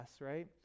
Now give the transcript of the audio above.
right